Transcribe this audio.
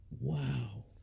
Wow